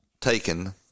taken